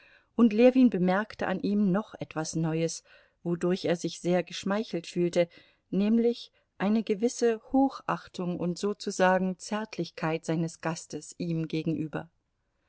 und ljewin bemerkte an ihm noch etwas neues wodurch er sich sehr geschmeichelt fühlte nämlich eine gewisse hochachtung und sozusagen zärtlichkeit seines gastes ihm gegenüber